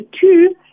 two